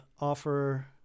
offer